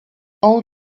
all